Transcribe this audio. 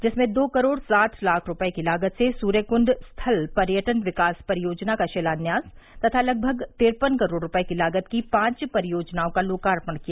जिसमें दो करोड़ साठ लाख रूपये की लागत से सूर्यक्ण्ड स्थल पर्यटन विकास परियोजना का शिलान्यास तथा लगभग तिरपन करोड़ रूपये की लागत की पांच परियोजनाओं का लोकार्पण किया